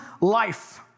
life